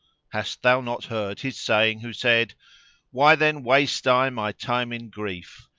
hast thou not heard his saying who said why then waste i my time in grief,